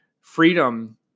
freedom